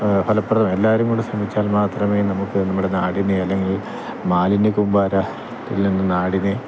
ഫലപ്രദമാ എല്ലാവരും കൂടെ ശ്രമിച്ചാൽ മാത്രമേ നമുക്ക് നമ്മുടെ നാടിനെ അല്ലെങ്കിൽ മാലിന്യ കൂമ്പാര ഇല്ലെങ്കിൽ നാടിനെ